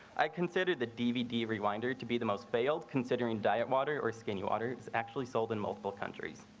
i considered the dvd reminder to be the most failed considering diet water or skin yeah water is actually sold in multiple countries.